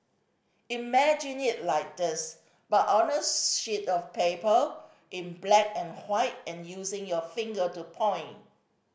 imagine it like this but on a sheet of paper in black and and using your finger to point